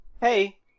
Hey